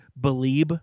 believe